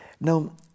Now